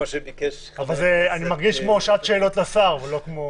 אני מרגיש שאנחנו בשעת שאלות לשר.